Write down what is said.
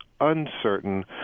uncertain